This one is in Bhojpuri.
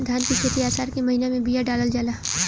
धान की खेती आसार के महीना में बिया डालल जाला?